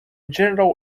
general